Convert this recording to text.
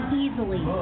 easily